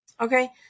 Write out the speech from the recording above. Okay